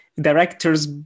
director's